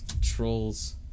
trolls